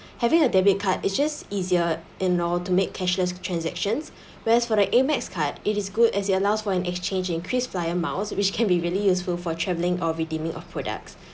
having a debit card it's just easier in order to make cashless transactions whereas for the AMEX card it is good as it allows for an exchange in KrisFlyer miles which can be really useful for travelling or redeeming of products